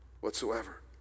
whatsoever